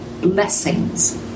blessings